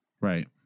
right